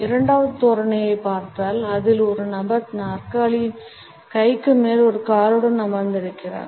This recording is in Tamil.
இரண்டாவது தோரணையைப் பார்த்தால் அதில் ஒரு நபர் நாற்காலியின் கைக்கு மேல் ஒரு காலுடன் அமர்ந்திருக்கிறார்